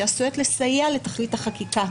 שעשויות לסייע לתכלית החקיקה,